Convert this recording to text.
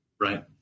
Right